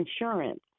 insurance